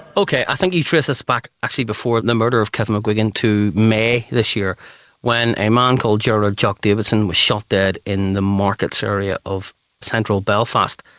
okay, i think you can trace this back actually before the murder of kevin mcguigan to may this year when a man called gerard jock davison was shot dead in the markets area of central belfast,